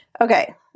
Okay